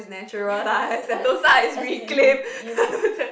a~ as in you you know